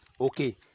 Okay